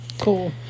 Cool